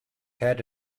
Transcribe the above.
had